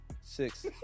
Six